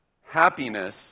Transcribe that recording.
happiness